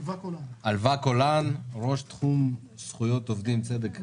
עלוה קולן, ראש תחום זכויות עובדים, צדק חברתי,